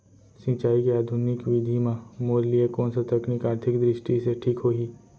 सिंचाई के आधुनिक विधि म मोर लिए कोन स तकनीक आर्थिक दृष्टि से ठीक होही?